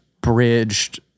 bridged